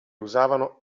usavano